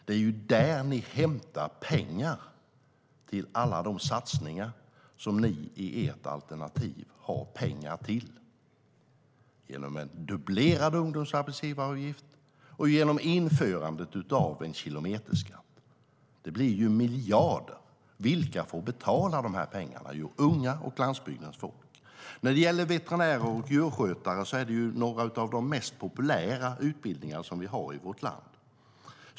Det är där ni hämtar pengar till alla de satsningar som ni har i ert alternativ, genom dubblerad ungdomsarbetsgivaravgift och genom införandet av kilometerskatt. Det blir miljarder. Vilka får betala de pengarna? Jo, det får unga och landsbygdens folk göra. När det gäller utbildningarna till veterinär och djurskötare är de några av de mest populära utbildningarna i vårt land.